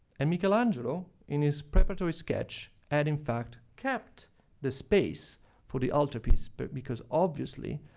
and michelangelo, in his preparatory sketch, had in fact kept the space for the altarpiece, but because obviously,